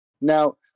Now